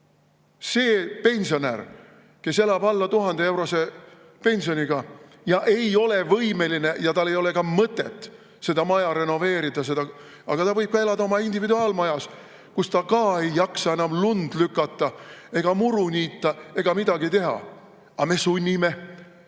See pensionär, kes elab alla 1000‑eurose pensioniga, kes ei ole võimeline [renoveerima] ja tal ei ole ka mõtet seda maja renoveerida. Ta võib ka elada oma individuaalmajas, kus ta ka ei jaksa enam lund lükata ega muru niita ega midagi teha, aga me sunnime. Teate